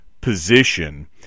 position